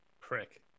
prick